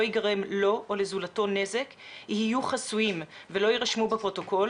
ייגרם לו או לזולתו נזק יהיו חסויים ולא יירשמו בפרוטוקול.